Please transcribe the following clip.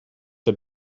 der